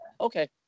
Okay